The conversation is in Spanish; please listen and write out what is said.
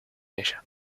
ella